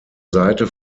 seite